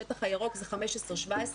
השטח הירוק זה 15 17,